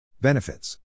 Benefits